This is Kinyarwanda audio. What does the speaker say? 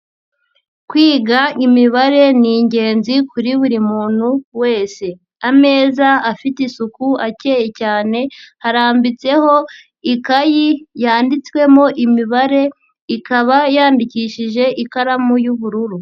Kwiga imibare ni ingenzi kuri buri muntu wese. Ameza afite isuku akeye cyane, harambitseho ikayi yanditswemo imibare, ikaba yandikishije ikaramu y'ubururu.